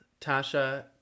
Tasha